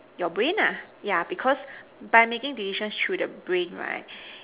your brain lah yeah because by making decisions through the brain right